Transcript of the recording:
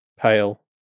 Pale